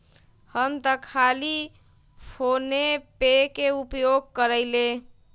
हम तऽ खाली फोनेपे के उपयोग करइले